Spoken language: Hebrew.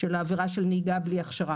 של נהיגה בלי הכשרה.